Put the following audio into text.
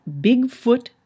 Bigfoot